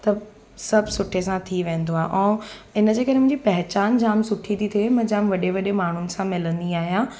त सभु सुठे सां थी वेंदो आहे ऐं इन जे करे मुंहिंजी पहचान जामु सुठी थी थिए मां जामु वॾे वॾे माण्हुनि सां मिलंदी आहियां